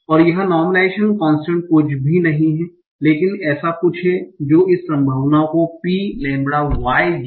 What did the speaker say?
और यह normalization constant कुछ भी नहीं है लेकिन ऐसा कुछ है जो इस संभावना को p lambda y